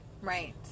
Right